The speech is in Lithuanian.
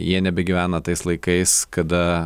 jie nebegyvena tais laikais kada